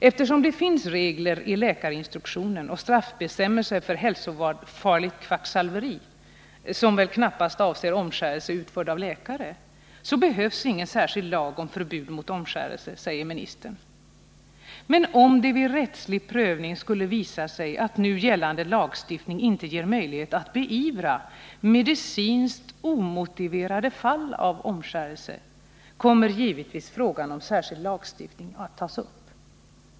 Eftersom det finns regler i läkarinstruktionen och straffbestämmelser för hälsofarligt kvacksalveri — som väl knappast avser omskärelse utförd av läkare — behövs ingen särskild lag om förbud mot omskärelse, säger statsrådet, men om det vid rättslig prövning skulle visa sig att nu gällande lagstiftning inte ger möjlighet att beivra medicinskt omotiverade fall av omskärelse, kommer givetvis frågan om särskild lagstiftning att tas upp.